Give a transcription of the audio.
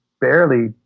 barely